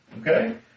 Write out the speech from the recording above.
Okay